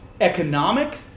economic